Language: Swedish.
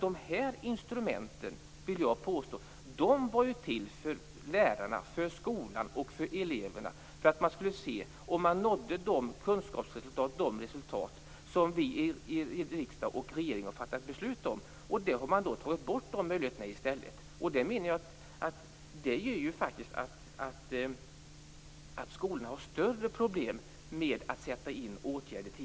De här instrumenten var till för att lärarna, skolan och eleverna skulle se om man nådde de resultat som vi i riksdag och regering har fattat beslut om. Men nu har regeringen i stället tagit bort de möjligheterna. Det gör att skolorna nu har större problem med att sätta in åtgärder tidigt.